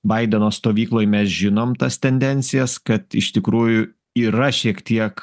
baideno stovykloj mes žinom tas tendencijas kad iš tikrųjų yra šiek tiek